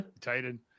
titan